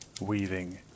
weaving